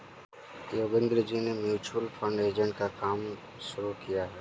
योगेंद्र जी ने mutual fund agent का काम शुरू किया है